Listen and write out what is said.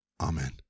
Amen